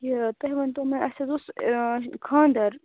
یہِ تُہۍ ؤنۍ تَو مےٚ اَسہِ حظ اوس خانٛدَر